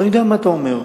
ואני יודע מה אתה אומר.